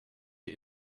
die